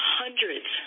hundreds